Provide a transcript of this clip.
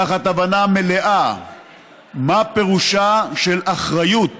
תחת הבנה מלאה מה פירושה של אחריות